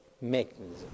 mechanism